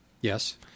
Yes